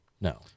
No